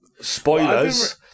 spoilers